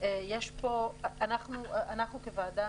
אנחנו כוועדה,